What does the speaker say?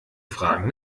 fragen